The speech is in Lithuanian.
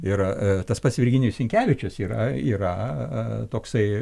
ir tas pats virginijus sinkevičius yra yra toksai